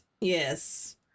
Yes